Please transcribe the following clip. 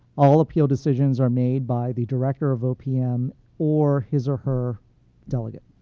all appeal decisions are made by the director of opm or his or her delegate.